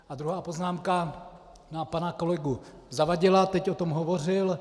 A druhá poznámka na pana kolegu Zavadila, teď o tom hovořil.